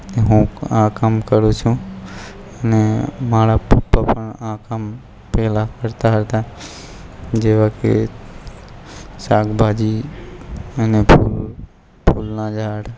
હું આ કામ કરું છું અને મારા પપ્પા પણ આ કામ પહેલાં કરતા હતા જેવા કે શાકભાજી અને ફૂલ ફૂલના ઝાડ